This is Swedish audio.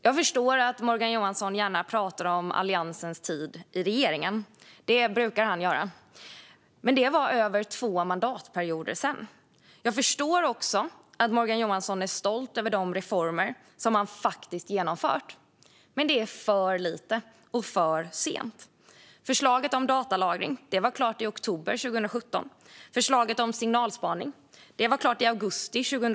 Jag förstår att Morgan Johansson gärna pratar om Alliansens tid i regeringen; det brukar han göra. Men det var för mer än två mandatperioder sedan. Jag förstår också att Morgan Johansson är stolt över de reformer han faktiskt har genomfört. Men det är för lite och för sent. Förslaget om datalagring var klart i oktober 2017. Förslaget om signalspaning var klart i augusti 2018.